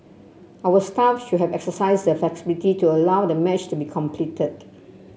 our staff should have exercised the flexibility to allow the match to be completed